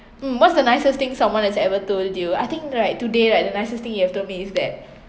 mm what's the nicest thing someone has ever told you I think right today right the nicest thing you have told me is that